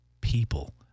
people